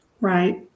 Right